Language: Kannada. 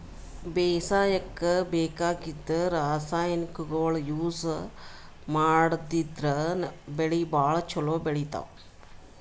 ಬೇಸಾಯಕ್ಕ ಬೇಕಾಗಿದ್ದ್ ರಾಸಾಯನಿಕ್ಗೊಳ್ ಯೂಸ್ ಮಾಡದ್ರಿನ್ದ್ ಬೆಳಿ ಭಾಳ್ ಛಲೋ ಬೆಳಿತಾವ್